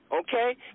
Okay